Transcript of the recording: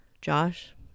Josh